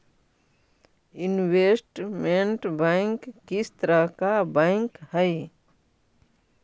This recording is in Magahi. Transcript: इनवेस्टमेंट बैंक किस तरह का बैंक हई